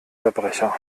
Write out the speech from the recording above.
verbrecher